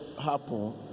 happen